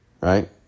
right